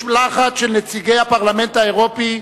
משלחת של נציגי הפרלמנט האירופי,